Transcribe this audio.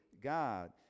God